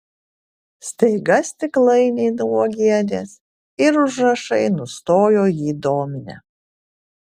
staiga stiklainiai nuo uogienės ir užrašai nustojo jį dominę